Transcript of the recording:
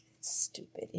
Stupid